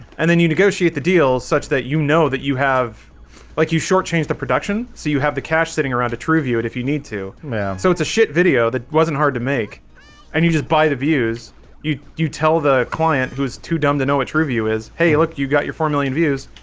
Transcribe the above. and then you negotiate the deal such that you know that you have like you shortchange the production so you have the cash sitting around a trueview it if you need to yeah so it's a shit video that wasn't hard to make and you just buy the views you you tell the client who's too dumb to know what true view is hey look you've got your four million views,